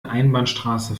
einbahnstraße